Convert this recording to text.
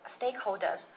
stakeholders